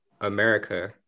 America